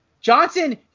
Johnson